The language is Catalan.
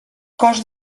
cost